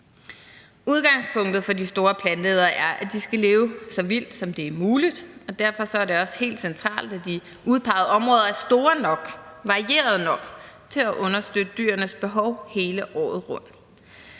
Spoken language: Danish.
Udgangspunktet for de store planteædere er, at de skal leve så vildt, som det er muligt, og derfor er det også helt centralt, at de udpegede områder er store nok og varierede nok til at understøtte dyrenes behov hele året rundt.